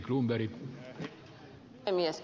arvoisa puhemies